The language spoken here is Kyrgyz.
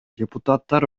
депутаттар